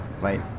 right